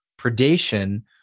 predation